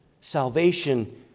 salvation